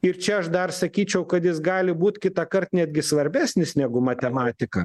ir čia aš dar sakyčiau kad jis gali būt kitąkart netgi svarbesnis negu matematika